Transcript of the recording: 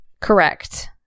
Correct